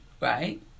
Right